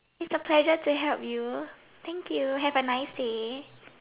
is a pleasure just to help you thank you have a nice day